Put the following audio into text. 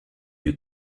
eût